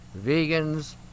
vegans